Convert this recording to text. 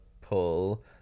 pull